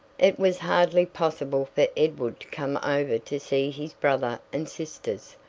it was hardly possible for edward to come over to see his brother and sisters,